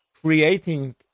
creating